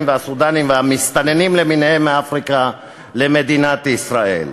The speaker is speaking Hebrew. והסודאנים והמסתננים למיניהם מאפריקה למדינת ישראל.